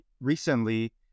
recently